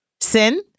Sin